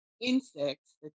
insects